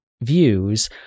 views